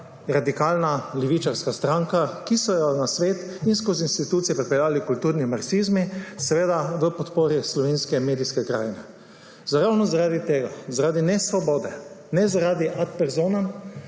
radikalna levičarska stranka, ki so jo na svet in skozi institucije pripeljali kulturni marksizmi, seveda ob podpori slovenske medijske krajine. Ravno zaradi tega, zaradi nesvobode, ne zaradi ad personam,